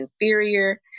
inferior